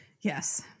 Yes